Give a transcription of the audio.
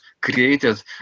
created